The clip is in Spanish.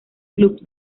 clubes